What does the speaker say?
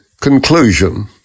Conclusion